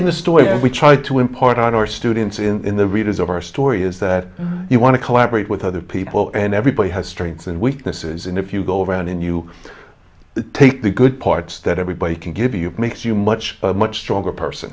in the story we try to impart on our students in the readers over story is that you want to collaborate with other people and everybody has strengths and weaknesses and if you go around and you take the good parts that everybody can give you makes you much much stronger person